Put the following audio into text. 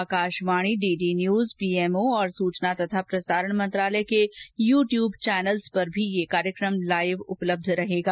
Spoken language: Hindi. आकाशवाणी डीडी न्यूज पीएमओ और सूचना तथा प्रसारण मंत्रालय के यूट्यूब चैनलों पर भी यह कार्यक्रम लाइव उपलब्ध रहेगा